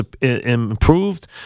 improved